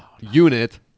unit